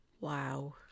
Wow